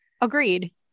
Agreed